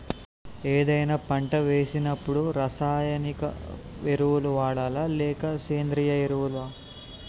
ఏదైనా పంట వేసినప్పుడు రసాయనిక ఎరువులు వాడాలా? లేక సేంద్రీయ ఎరవులా?